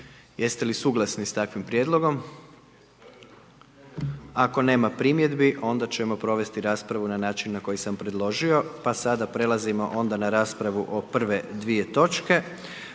Jeste li suglasni s takvim prijedlogom? Ako nema primjedbi onda ćemo provesti raspravu na način na koji sam predložio. Pa sada predlažemo onda na raspravu prve dvije točke.